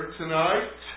tonight